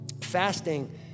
fasting